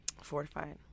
fortified